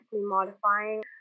modifying